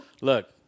look